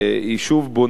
היא שוב בונה,